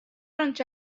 آنچه